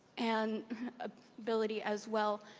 and ability as well,